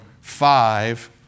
five